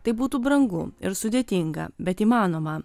tai būtų brangu ir sudėtinga bet įmanoma